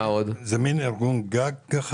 זה מעין ארגון גג?